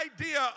idea